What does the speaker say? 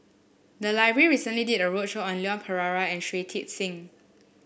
the library recently did a roadshow on Leon Perera and Shui Tit Sing